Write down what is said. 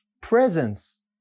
presence